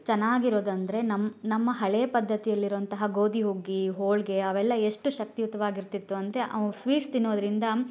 ಚೆನ್ನಾಗಿರೋದಂದ್ರೆ ನಮ್ಮ ನಮ್ಮ ಹಳೇ ಪದ್ಧತಿಯಲ್ಲಿರುವಂತಹ ಗೋದಿ ಹುಗ್ಗಿ ಹೋಳಿಗೆ ಅವೆಲ್ಲ ಎಷ್ಟು ಶಕ್ತಿಯುತವಾಗಿರ್ತಿತ್ತು ಅಂದರೆ ಅವು ಸ್ವೀಟ್ಸ್ ತಿನ್ನೋದರಿಂದ